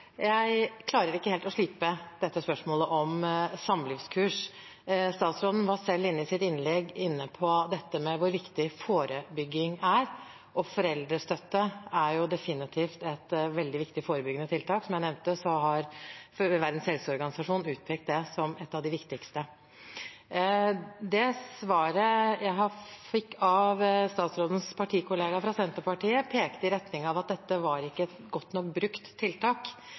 Jeg klarer ikke helt å slippe dette spørsmålet om samlivskurs. Statsråden var selv i sitt innlegg inne på hvor viktig forebygging er, og foreldrestøtte er definitivt et veldig viktig forebyggende tiltak. Som jeg nevnte, har Verdens helseorganisasjon utpekt det som et av de viktigste. Det svaret jeg fikk av statsrådens partikollega fra Senterpartiet, pekte i retning av at dette ikke var et godt nok brukt tiltak